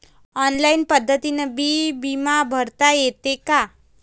Online पद्धतीनं बी बिमा भरता येते का?